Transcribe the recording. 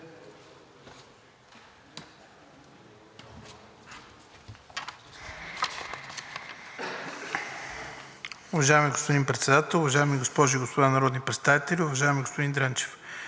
уважаеми госпожи и господа народни представители, уважаема госпожо Кирова!